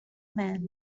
man